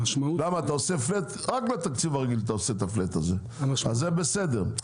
אתה עושה פלאט רק בתקציב הרגיל, אז זה בסדר.